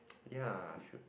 ya I should